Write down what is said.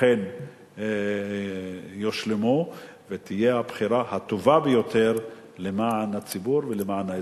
אכן יושלמו ותהיה הבחירה הטובה ביותר למען הציבור ולמען האזרחים.